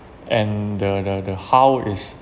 and the the the how is